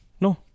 no